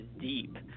deep